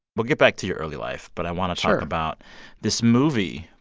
we'll get back to your early life, but i want to talk about this movie,